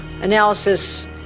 analysis